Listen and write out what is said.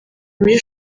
muli